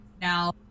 now